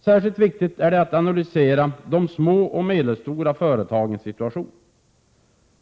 Särskilt viktigt är det att analysera de små och medelstora företagens situation.